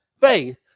faith